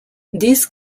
these